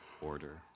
order